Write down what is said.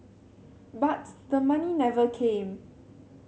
but the money never came